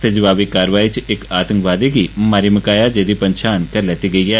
ते जवाबी कारवाई च इक आतंकवादी गी मारी मुकाया गेया जेदी पंछान करी लैती गेदी ऐ